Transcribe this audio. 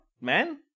man